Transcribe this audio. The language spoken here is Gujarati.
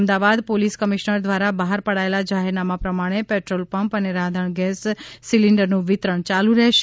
અમદાવાદ પોલીસ કમિશ્નર દ્વારા બહાર પડાયેલા જાહેરનામા પ્રમાણે પેટ્રોલ પંપ અને રાંધણ ગેસ સિલીંડરનું વિતરણ ચાલુ રહેશે